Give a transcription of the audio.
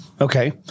Okay